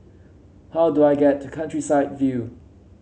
how do I get to Countryside View